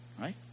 right